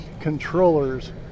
controllers